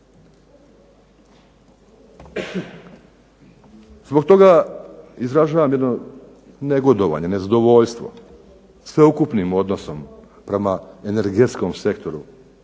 Zbog toga izražavam jedno negodovanje, nezadovoljstvo sveukupnim odnosom prema energetskom sektoru